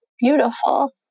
beautiful